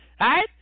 Right